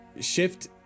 shift